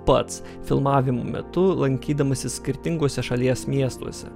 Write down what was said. pats filmavimų metu lankydamasis skirtinguose šalies miestuose